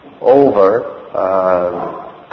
over